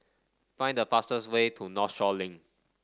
find the fastest way to Northshore Link